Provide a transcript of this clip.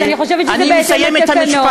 אז אני חושבת שזה בהתאם לתקנון.